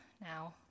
now